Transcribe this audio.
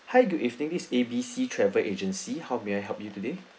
hi good evening this A B C travel agency how may I help you today